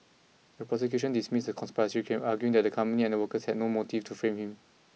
the prosecution dismissed the conspiracy claim arguing that the company and the workers had no motive to frame him